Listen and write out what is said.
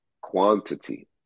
quantity